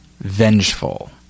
vengeful